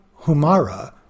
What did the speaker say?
humara